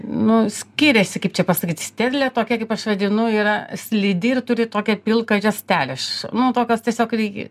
nu skiriasi kaip čia pasakyt sterlė tokia kaip aš vadinu yra slidi ir turi tokią pilką juostelę aš nu tokios tiesiog reikia